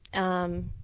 and